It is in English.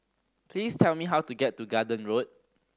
please tell me how to get to Garden Road